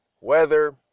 weather